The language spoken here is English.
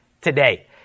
today